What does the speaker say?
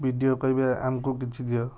ବି D O କହିବେ ଆମକୁ କିଛି ଦିଅ